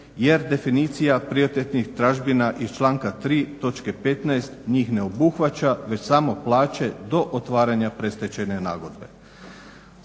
jer definicija prioritetnih tražbina iz članka 3. točke 15. njih ne obuhvaća već samo plaće do otvaranja predstečajne nagodbe.